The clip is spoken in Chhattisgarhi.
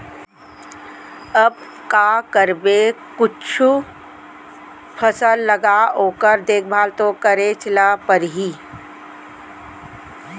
अब का करबे कुछु फसल लगा ओकर देखभाल तो करेच ल परही